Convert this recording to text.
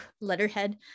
letterhead